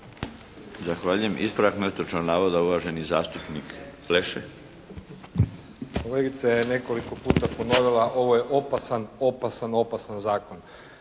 Zahvaljujem. Ispravak netočnog navoda uvaženi zastupnik Pleša. **Pleša, Velimir (HDZ)** Kolegica je nekoliko puta ponovila: «Ovo je opasan, opasan, opasan zakon.»